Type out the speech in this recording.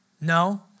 No